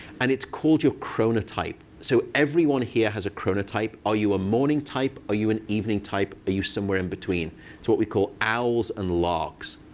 and it's called your chronotype. so everyone here has a chronotype. are you a morning type? are you an evening type? are you somewhere in between? it's what we call owls and larks.